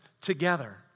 together